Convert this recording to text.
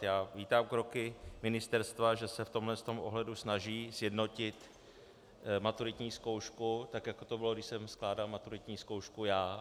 Já vítám kroky ministerstva, že se v tomto ohledu snaží sjednotit maturitní zkoušku, tak jak to bylo, když jsem skládal maturitní zkoušku já.